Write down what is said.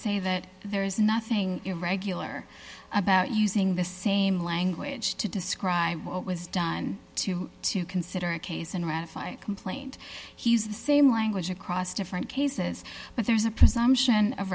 say that there is nothing irregular about using the same language to describe what was done to to consider a case and ratify complaint he's the same language across different cases but there's a presumption of